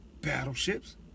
battleships